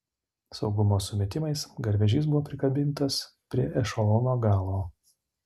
saugumo sumetimais garvežys buvo prikabintas prie ešelono galo